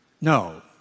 No